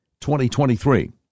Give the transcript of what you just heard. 2023